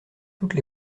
toutes